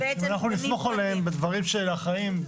אם אנחנו נסמוך עליהם בדברים של החיים.